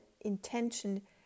intention